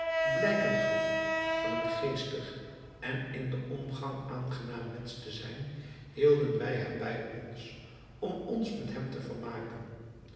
blijken gaf van een geestig en in den omgang aangenaam mensch te zijn hielden wij hem bij ons om ons met hem te vermaken